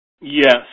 Yes